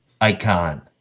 icon